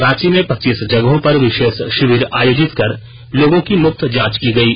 रांची में पच्चीस जगहों पर विशेष शिविर आयोजित कर लोगों की मुफ्त जांच की गयी